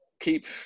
keep